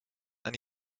and